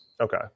Okay